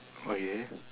okay